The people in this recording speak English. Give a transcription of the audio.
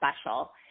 special